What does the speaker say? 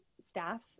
staff